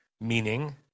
Meaning